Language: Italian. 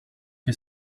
che